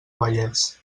vallès